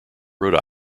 rhode